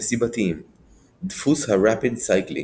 נסיבתיים דפוס ה-Rapid Cycling